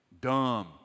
dumb